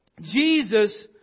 Jesus